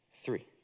three